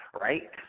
right